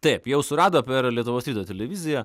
taip jau surado per lietuvos ryto televiziją